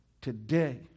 Today